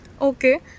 Okay